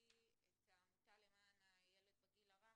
העמותה למען הילד בגיל הרך,